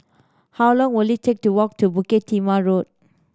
how long will it take to walk to Bukit Timah Road